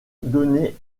donné